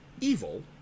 evil